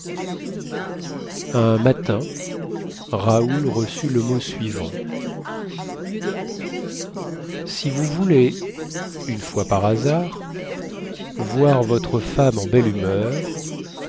un matin raoul reçut le mot suivant si vous voulez une fois par hasard voir votre femme en belle humeur